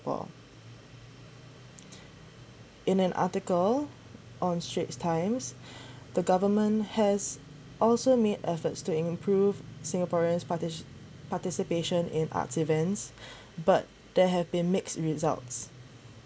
in an article on straits times the government has also made efforts to improve singaporeans parti~ participation in arts events but there have been mixed results